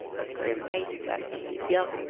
let's go and paste that into here